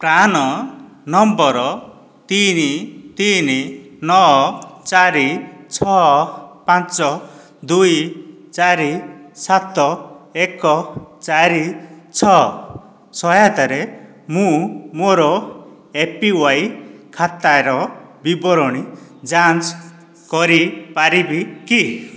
PRAN number ତିନି ତିନି ନଅ ଚାରି ଛଅ ପାଞ୍ଚ ଦୁଇ ଚାରି ସାତ ଏକ ଚାରି ଛଅ ସହାୟତାରେ ମୁଁ ମୋର ଏ ପି ୱାଇ ଖାତାର ବିବରଣୀ ଯାଞ୍ଚ କରିପାରିବି କି